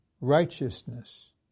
righteousness